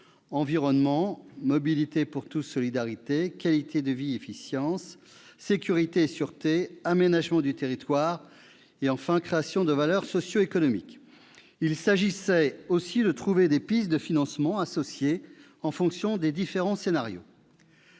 environnement, mobilité pour tous-solidarité, qualité de vie-efficience, sécurité et sûreté, aménagement du territoire, enfin création de valeur socio-économique. Il s'agissait aussi de trouver des pistes de financement associées, en fonction des différents scénarios.